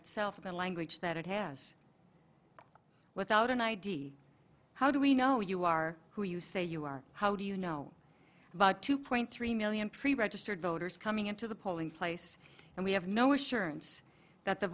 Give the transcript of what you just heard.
itself the language that it has without an id how do we know you are who you say you are how do you know about two point three million pre registered voters coming into the polling place and we have no assurance that the